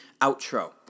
outro